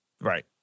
right